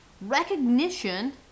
Recognition